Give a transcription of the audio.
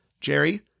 Jerry